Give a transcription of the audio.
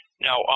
Now